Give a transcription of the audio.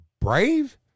brave